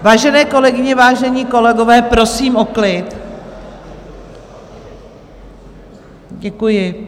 Vážené kolegyně, vážení kolegové, prosím o klid, děkuji.